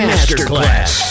Masterclass